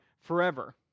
forever